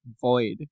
void